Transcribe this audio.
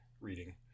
reading